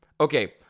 Okay